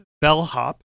bellhop